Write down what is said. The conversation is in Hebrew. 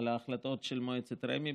על ההחלטות של מועצת רמ"י,